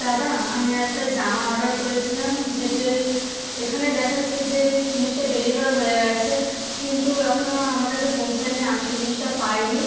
দাদা আমি একটা জামা অর্ডার করেছিলাম যেটি ওই এখানে দেখাচ্ছে যে জিনিসটা ডেলিভার হয়ে গিয়েছে কিন্তু এখনও আমার কাছে পৌঁছয়নি আমি সেই জিনিসটা পাইনি